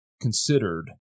considered